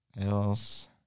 else